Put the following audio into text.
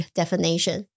definition